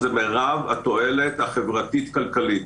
מרב התועלת החברתית-כלכלית.